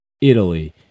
italy